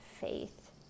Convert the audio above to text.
faith